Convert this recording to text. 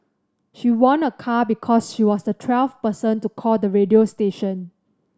she won a car because she was the twelfth person to call the radio station